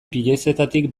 piezetatik